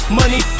money